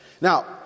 Now